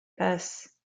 bus